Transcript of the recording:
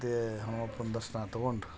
ಮತ್ತೆ ಹನುಮಪ್ಪನ ದರ್ಶನ ತಗೊಂಡು